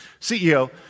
CEO